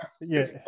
Yes